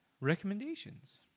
recommendations